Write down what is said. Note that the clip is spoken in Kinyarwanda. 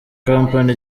company